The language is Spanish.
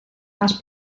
más